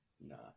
no